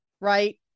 right